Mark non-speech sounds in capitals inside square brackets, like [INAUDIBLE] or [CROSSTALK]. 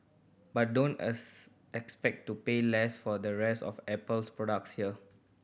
but don't [UNINTELLIGIBLE] expect to pay less for the rest of Apple's products here